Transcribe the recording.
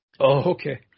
okay